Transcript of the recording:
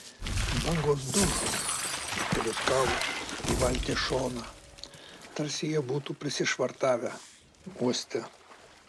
bangos dužo ir teliūskavo į valties šoną tarsi jie būtų prisišvartavę uoste